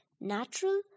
Natural